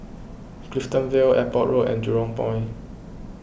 Clifton Vale Airport Road and Jurong Point